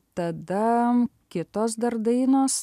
tada kitos dar dainos